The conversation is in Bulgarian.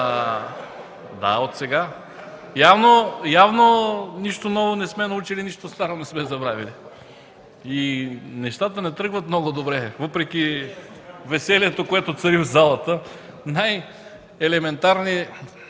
ЧЕТИН КАЗАК: Явно нищо ново не сме научили, нищо старо не сме забравили. Нещата не тръгват много надобре, въпреки веселието, което цари в залата. Най-елементарни,